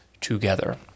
together